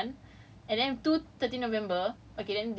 two two of them are in sixteen november which two of these is my major [one]